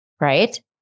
right